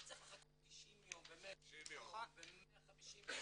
צריך לחכות 90 יום ו-100 יום ו-150 יום.